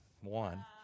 one